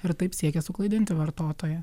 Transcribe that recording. ir taip siekia suklaidinti vartotoją